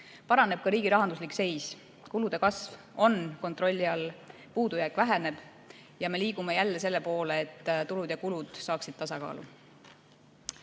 Paraneb ka riigi rahanduslik seis. Kulude kasv on kontrolli all, puudujääk väheneb ja me liigume selle poole, et tulud ja kulud saaksid tasakaalu.